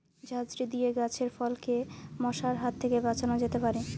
ঝাঁঝরি দিয়ে গাছের ফলকে মশার হাত থেকে বাঁচানো যেতে পারে?